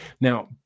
Now